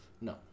No